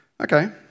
Okay